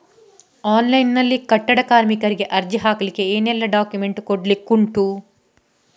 Online ನಲ್ಲಿ ಕಟ್ಟಡ ಕಾರ್ಮಿಕರಿಗೆ ಅರ್ಜಿ ಹಾಕ್ಲಿಕ್ಕೆ ಏನೆಲ್ಲಾ ಡಾಕ್ಯುಮೆಂಟ್ಸ್ ಕೊಡ್ಲಿಕುಂಟು?